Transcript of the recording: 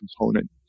component